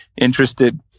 interested